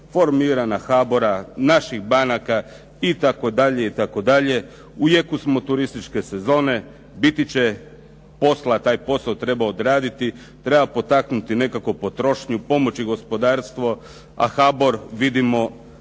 formirana, HABOR-a, naših banaka itd., itd.. U jeku smo turističke sezone, biti će posla, taj posao treba odraditi, treba potaknuti nekako potrošnju, pomoći gospodarstvu a HABOR vidimo da